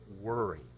worry